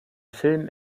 film